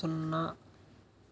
సున్నా